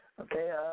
Okay